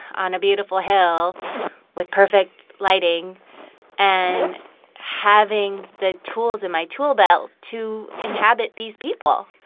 on a beautiful hill with perfect lighting and having the tools in my tool belt to inhabit these people.